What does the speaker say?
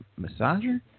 massager